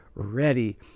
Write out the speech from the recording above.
ready